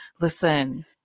listen